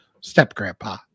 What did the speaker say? Step-grandpa